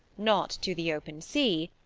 not to the open sea,